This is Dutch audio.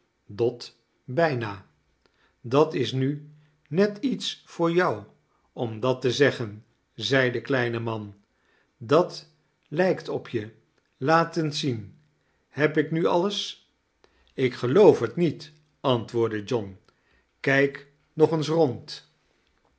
dot bijna dat is nu net iets voor jou om dat te zeggen zei de kleine man dat lijkt op je laat eens zien heb ik mi alles ik geloof het niet antwoordde john kijk nog eens rond